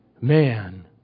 man